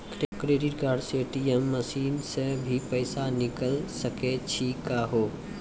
Credit card से ATM machine से भी पैसा निकल सकै छि का हो?